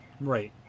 Right